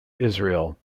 israel